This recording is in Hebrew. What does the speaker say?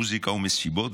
מוזיקה ומסיבות,